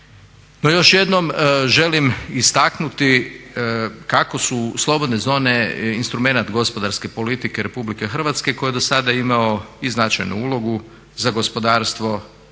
još jednom želim istaknuti kako su slobodne zone instrument gospodarske politike Republike Hrvatske koje je do sada imao i značajnu ulogu za gospodarstvo